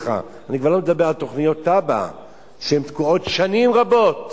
אני כבר לא מדבר על תב"ע שתקועות שנים רבות,